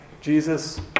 Jesus